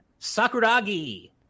Sakuragi